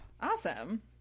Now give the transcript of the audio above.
awesome